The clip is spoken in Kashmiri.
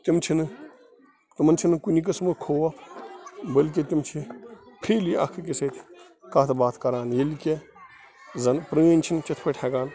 تِم چھِنہٕ تِمَن چھِنہٕ کُنہِ قٕسمہٕ خوف بٔلکہِ تِم چھِ فرٛیٖلی اَکھ أکِس سۭتۍ کَتھ باتھ کَران ییٚلہِ کہِ زَن پرٛٲنۍ چھِنہٕ تِتھ پٲٹھۍ ہٮ۪کان